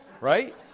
right